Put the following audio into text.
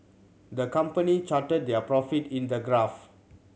the company charted their profit in the graph